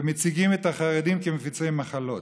ומציגים את החרדים כמפיצי מחלות.